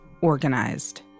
organized